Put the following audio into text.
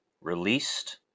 released